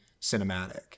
cinematic